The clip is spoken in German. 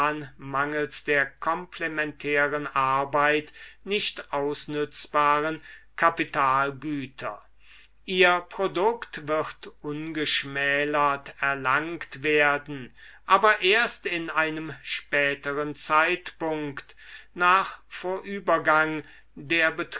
mangels der komplementären arbeit nicht ausnützbaren kapitalgüter ihr produkt wird ungeschmälert erlangt werden aber erst in einem späteren zeitpunkt nach vorübergang